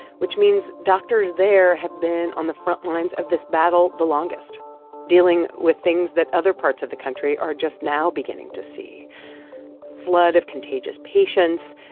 which means doctors there have been on the front lines of this battle the longest dealing with things that other parts of the country are just now beginning to see a flood of contagious patients,